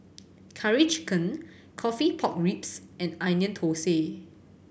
Curry Chicken coffee pork ribs and Onion Thosai